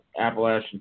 Appalachian